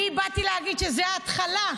אני באתי להגיד שזו ההתחלה,